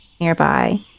nearby